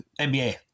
NBA